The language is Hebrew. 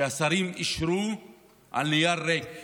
שהשרים אישרו על נייר ריק,